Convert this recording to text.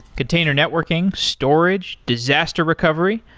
container networking, storage, disaster recovery,